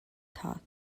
talked